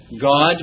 God